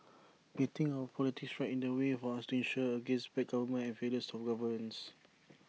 getting our politics right in the way for us to insure against bad government and failures of governance